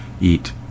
eat